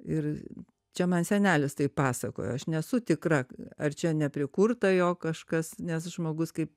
ir čia man senelis taip pasakojo aš nesu tikra ar čia neprikurta jo kažkas nes žmogus kaip